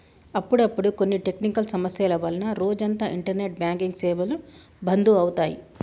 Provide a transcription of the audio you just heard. అప్పుడప్పుడు కొన్ని టెక్నికల్ సమస్యల వల్ల రోజంతా ఇంటర్నెట్ బ్యాంకింగ్ సేవలు బంధు అవుతాయి